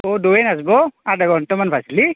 অ' দ'য়ে নাযাব আধা ঘণ্টামান ভাজলি